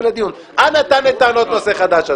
לדיון." אנא טען את טענות נושא חדש,